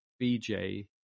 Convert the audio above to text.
BJ